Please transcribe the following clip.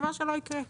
דבר שלא יקרה.